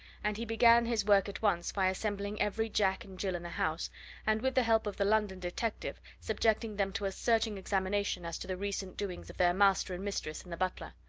and he began his work at once by assembling every jack and jill in the house and, with the help of the london detective, subjecting them to a searching examination as to the recent doings of their master and mistress and the butler.